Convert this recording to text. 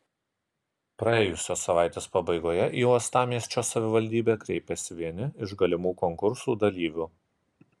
praėjusios savaitės pabaigoje į uostamiesčio savivaldybę kreipėsi vieni iš galimų konkursų dalyvių